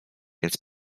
więc